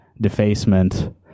defacement